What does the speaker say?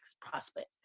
prospect